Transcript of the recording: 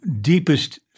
deepest